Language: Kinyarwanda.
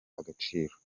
agaciro